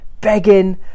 begging